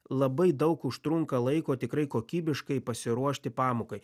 labai daug užtrunka laiko tikrai kokybiškai pasiruošti pamokai